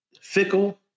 Fickle